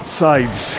sides